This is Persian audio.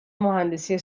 مهندسی